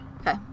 Okay